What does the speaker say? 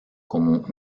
como